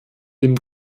dem